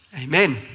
amen